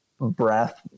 breath